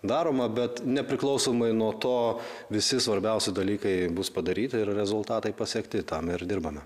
daroma bet nepriklausomai nuo to visi svarbiausi dalykai bus padaryti ir rezultatai pasiekti tam ir dirbame